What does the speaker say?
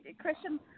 Christian